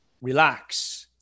relax